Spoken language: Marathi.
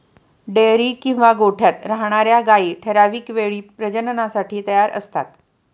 डेअरी किंवा गोठ्यात राहणार्या गायी ठराविक वेळी प्रजननासाठी तयार असतात